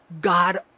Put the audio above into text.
God